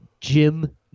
Jim